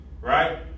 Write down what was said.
right